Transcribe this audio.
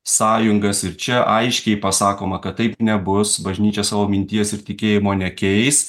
sąjungas ir čia aiškiai pasakoma kad taip nebus bažnyčia savo minties ir tikėjimo nekeis